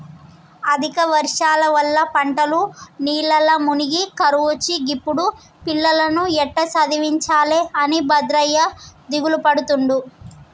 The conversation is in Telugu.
అధిక వర్షాల వల్ల పంటలు నీళ్లల్ల మునిగి కరువొచ్చే గిప్పుడు పిల్లలను ఎట్టా చదివించాలె అని భద్రయ్య దిగులుపడుతుండు